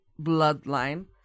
bloodline